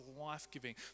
life-giving